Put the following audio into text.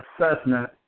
assessment